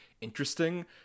interesting